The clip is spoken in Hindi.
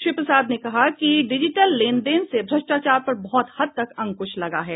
श्री प्रसाद ने कहा कि डिजिटल लेन देन से भ्रष्टाचार पर बहुत हद तक अंकुश लगा है